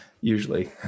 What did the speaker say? usually